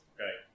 Okay